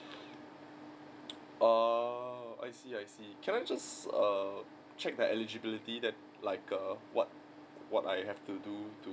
ah I see I see can I just err check the eligibility that like err what what I have to do to